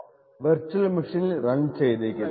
ഈ setup virtual മെഷീനിൽ run ചെയ്തേക്കില്ല